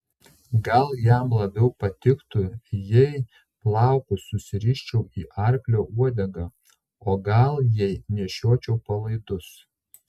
gal jam labiau patiktų jei plaukus susiriščiau į arklio uodegą o gal jei nešiočiau palaidus